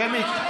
שמית.